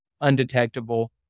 undetectable